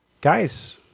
Guys